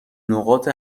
نقاط